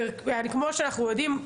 וכמו שאנחנו יודעים,